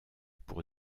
pour